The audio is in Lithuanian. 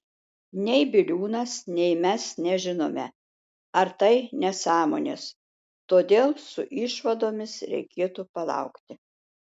nei biliūnas nei mes nežinome ar tai nesąmonės todėl su išvadomis reikėtų palaukti